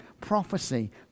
prophecy